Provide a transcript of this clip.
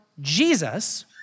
Jesus